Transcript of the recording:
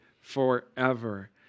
forever